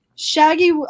Shaggy